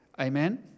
Amen